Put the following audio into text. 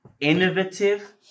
innovative